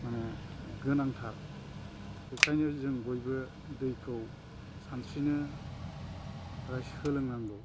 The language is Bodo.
माने गोनांथार बेनिखायनो जों बयबो दैखौ सानस्रिनो थाखाय सोलोंनांगौ